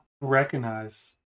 recognize